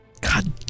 God